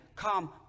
Come